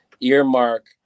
earmark